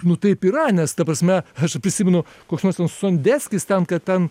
nu taip yra nes ta prasme aš ir prisimenu koks nors ten sondeckis ten kad ten